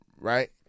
Right